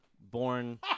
Born